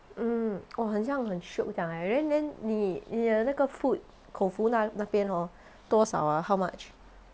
mm !wah! 很像很 shiok 这样 eh then then 你你的那个 food koufu 那那边 hor 多少啊 how much